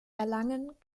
erlangen